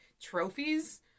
trophies